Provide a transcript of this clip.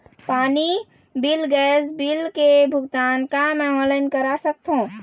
पानी bill gas bill के भुगतान का मैं ऑनलाइन करा सकथों?